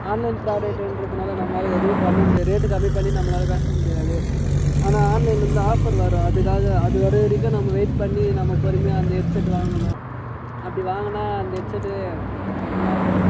online ப்ராடக்ட்ன்றதுனால நம்மளால் எதுவும் பண்ண முடியாது ரேட் கம்மி பண்ணி நம்மளால் பேச முடியாது ஆனால் ஆன்லைன்லருந்து ஆஃபர் வரும் அதுக்காக அது வரை வரைக்கும் நம்ம வெயிட் பண்ணி நம்ம பொறுமையாக அந்த ஹெட்செட்டு வாங்கணும் அப்படி வாங்கினா அந்த ஹெட்செட்டு ரொம்ப நாள் வரும்